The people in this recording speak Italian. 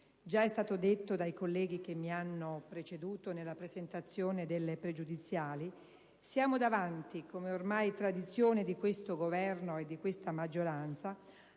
Già è stato detto dai colleghi che mi hanno preceduto nella presentazione delle pregiudiziali: siamo di fronte - come ormai è tradizione di questo Governo e di questa maggioranza